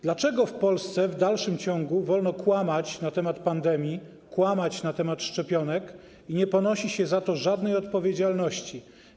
Dlaczego w Polsce w dalszym ciągu wolno kłamać na temat pandemii, na temat szczepionek i nie ponosi się za to żadnej odpowiedzialności?